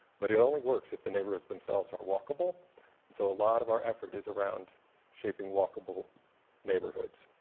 but it only works if the neighborhoods themselves are walkable so a lot of our effort is around shaping walkable neighborhoods.